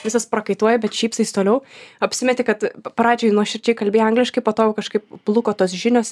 visas prakaituoji bet šypsais toliau apsimeti kad pradžioj nuoširdžiai kalbi angliškai po to jau kažkaip bluko tos žinios